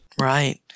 Right